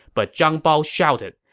but zhang bao shouted,